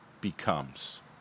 becomes